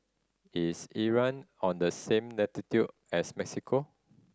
is Iran on the same latitude as Mexico